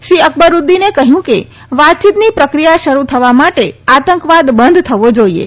શ્રી અકબરુદ્દીને કહ્યું કે વાતચીતની પ્રક્રિયા શ થવા માટે આતંકવાદ બંધ થવો જાઈએ